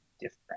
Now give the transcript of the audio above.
different